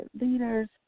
leaders